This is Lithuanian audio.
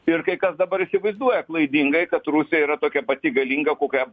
ir kai kas dabar įsivaizduoja klaidingai kad rusija yra tokia pati galinga kokia